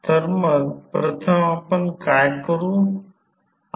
तर मग आपण प्रथम काय करू